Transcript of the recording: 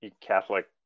Catholic